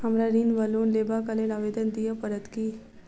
हमरा ऋण वा लोन लेबाक लेल आवेदन दिय पड़त की?